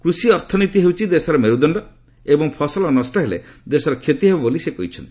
କୃଷି ଅର୍ଥନୀତି ହେଉଛି ଦେଶର ମେରୁଦଶ୍ଡ ଏବଂ ଫସଲ ନଷ୍ଟ ହେଲେ ଦେଶର କ୍ଷତି ହେବ ବୋଲି ସେ କହିଛନ୍ତି